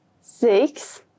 six